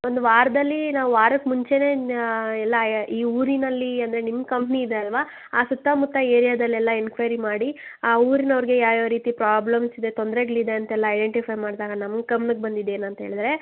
ಒಂದು ವಾರದಲ್ಲೀ ನಾವು ವಾರಕ್ಕೆ ಮುಂಚೆಯೇ ಎಲ್ಲ ಈ ಊರಿನಲ್ಲೀ ಅಂದರೆ ನಿಮ್ಮ ಕಂಪ್ನಿ ಇದೆ ಅಲ್ವಾ ಆ ಸುತ್ತಮುತ್ತ ಏರಿಯಾದಲ್ಲೆಲ್ಲ ಎನ್ಕ್ವೈರಿ ಮಾಡಿ ಆ ಊರಿನವ್ರಿಗೆ ಯಾವ್ಯಾವ ರೀತಿ ಪ್ರಾಬ್ಲಮ್ಸ್ ಇದೆ ತೊಂದರೆಗಳಿದೆ ಅಂತೆಲ್ಲ ಐಡೆಂಟಿಫೈ ಮಾಡಿದಾಗ ನಮ್ಮ ಗಮ್ನಕ್ಕೆ ಬಂದಿದ್ದು ಏನಂತ್ಹೇಳಿದ್ರೆ